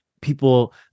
people